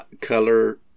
color